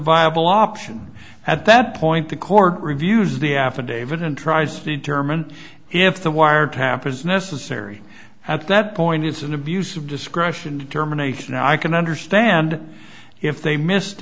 viable option at that point the court reviews the affidavit and tries to determine if the wiretap is necessary at that point it's an abuse of discretion determination i can understand if they missed